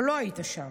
אבל לא היית שם.